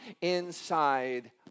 inside